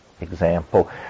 example